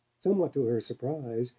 somewhat to her surprise,